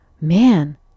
Man